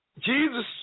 Jesus